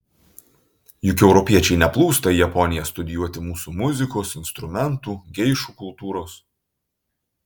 juk europiečiai neplūsta į japoniją studijuoti mūsų muzikos instrumentų geišų kultūros